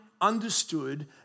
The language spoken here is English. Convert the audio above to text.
understood